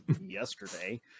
yesterday